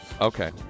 Okay